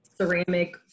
ceramic